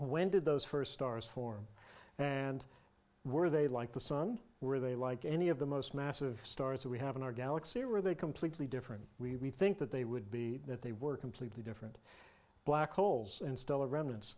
when did those first stars form and were they like the sun were they like any of the most massive stars that we have in our galaxy or were they completely different we think that they would be that they were completely different black holes and stellar remnants